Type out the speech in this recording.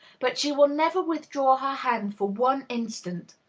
but she will never withdraw her hand for one instant.